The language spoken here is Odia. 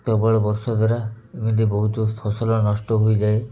ପ୍ରବଳ ବର୍ଷ ଦ୍ୱାରା ଏମିତି ବହୁତ ଫସଲ ନଷ୍ଟ ହୋଇଯାଏ